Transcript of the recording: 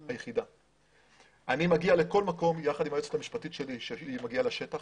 אני מגיע לכל מקום יחד עם היועצת המשפטית שלי שהיא מגיעה לשטח